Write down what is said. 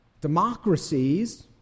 democracies